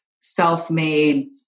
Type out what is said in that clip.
self-made